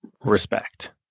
respect